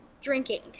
drinking